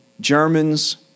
Germans